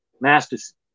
Masterson